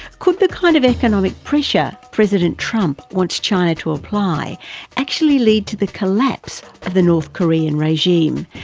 could the kind of economic pressure president trump wants china to apply actually lead to the collapse of the north korean regime,